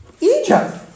Egypt